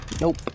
Nope